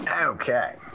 okay